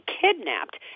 kidnapped